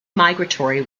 migratory